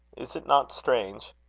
is it not strange?